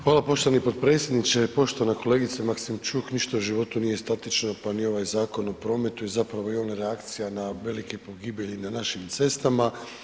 Hvala poštovani potpredsjedniče, poštovana kolegice Maksimčuk ništa u životu nije statično, pa ni ovaj Zakon o prometu i zapravo je on reakcija na velike pogibelji na našim cestama.